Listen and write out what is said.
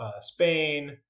Spain